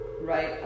right